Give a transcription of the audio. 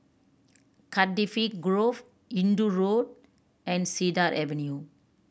Cardifi Grove Hindoo Road and Cedar Avenue